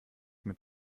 mit